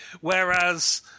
Whereas